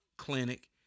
clinic